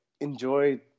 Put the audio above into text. enjoy